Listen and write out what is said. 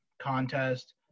contest